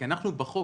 אנחנו בחוק